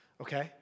Okay